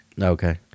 Okay